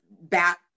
back